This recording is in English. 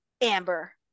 Amber